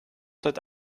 heute